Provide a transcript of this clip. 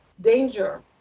danger